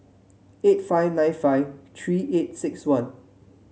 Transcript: eight five nine five three eight six one